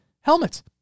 helmets